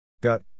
Gut